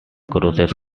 crosses